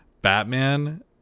Batman